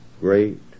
great